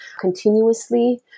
continuously